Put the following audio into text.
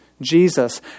Jesus